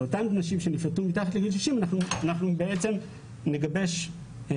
לאותן נשים שנפלטו מתחת לגיל 60 אנחנו נגבש מתווה